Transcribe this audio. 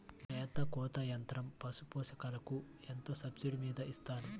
మేత కోత యంత్రం పశుపోషకాలకు ఎంత సబ్సిడీ మీద ఇస్తారు?